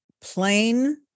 Plain